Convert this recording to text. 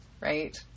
right